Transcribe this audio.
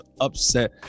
upset